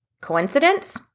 Coincidence